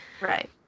Right